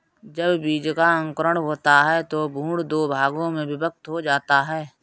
जब बीज का अंकुरण होता है तो भ्रूण दो भागों में विभक्त हो जाता है